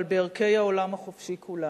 אבל הם ערכי העולם החופשי כולם.